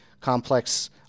complex